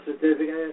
certificate